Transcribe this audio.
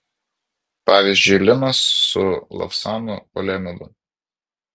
pavyzdžiui linas su lavsanu poliamidu